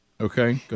Okay